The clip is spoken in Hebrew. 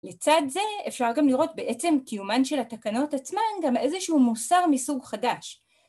לצד זה אפשר גם לראות בעצם קיומן של התקנות עצמן גם איזשהו מוסר מסוג חדש